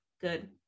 Good